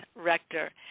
rector